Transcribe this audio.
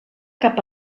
cap